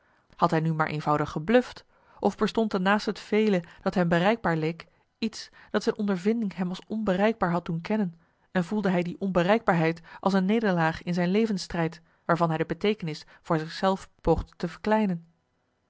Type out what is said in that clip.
had hij nu maar eenvoudig gebluft of bestond er naast het vele dat hem bereikbaar leek iets dat zijn ondervinding hem als onbereikbaar had doen kennen en voelde hij die onbereikbaarheid als een nederlaag in zijn levensstrijd waarvan hij de beteekenis voor zich zelf poogde te verkleinen